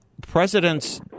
Presidents